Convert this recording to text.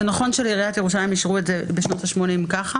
זה נכון שלעיריית ירושלים אישרו את זה בשנות ה-80 ככה